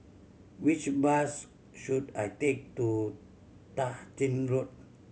which bus should I take to Tah Ching Road